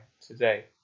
today